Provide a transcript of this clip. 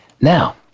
Now